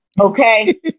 Okay